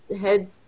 head